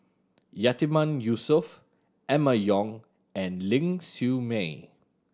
Yatiman Yusof Emma Yong and Ling Siew May